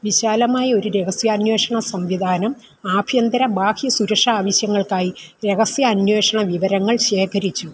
വിശാലമായ ഒരു രഹസ്യാന്വേഷണ സംവിധാനം ആഭ്യന്തര ബാഹ്യ സുരക്ഷാ ആവശ്യങ്ങൾക്കായി രഹസ്യാന്വേഷണ വിവരങ്ങൾ ശേഖരിച്ചു